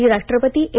माजी राष्ट्रपती ए